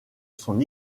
son